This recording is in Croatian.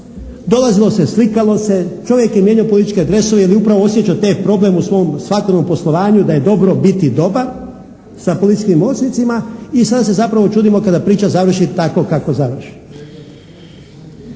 Dolazilo se, slikalo se. Čovjek je mijenjao političke dresove jer je upravo osjećao te problem u svom … /Govornik se ne razumije./ … poslovanju da je dobro biti dobar sa političkim moćnicima i sada se zapravo čudimo kada priča završi tako kako završi.